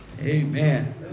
Amen